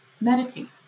meditate